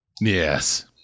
Yes